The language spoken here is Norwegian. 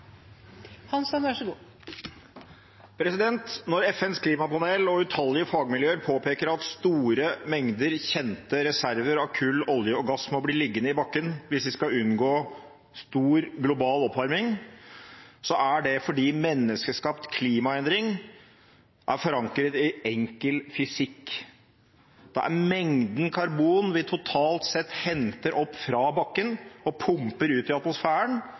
Når FNs klimapanel og utallige fagmiljøer påpeker at store, kjente reserver av kull, olje og gass må bli liggende under bakken hvis vi skal unngå stor global oppvarming, er det fordi menneskeskapt klimaendring er forankret i enkel fysikk: Mengden karbon som vi totalt sett henter opp fra bakken og pumper ut i atmosfæren,